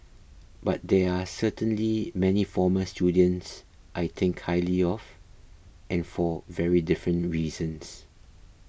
but there are certainly many former students I think highly of and for very different reasons